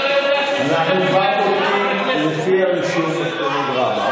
אנחנו כבר בודקים לפי הרישום בסטנוגרמה.